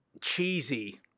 cheesy